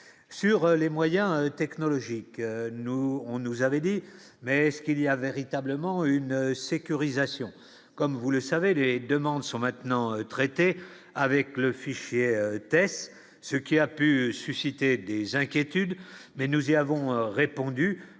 sur les moyens technologiques, nous, on nous avait dit mais ce qu'il y a véritablement une sécurisation comme vous le savez, des demandes sont maintenant traitée avec le fichier texte ce qui a pu susciter des inquiétudes, mais nous y avons répondu